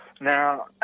Now